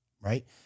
right